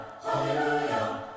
Hallelujah